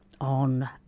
on